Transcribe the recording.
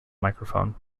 microphone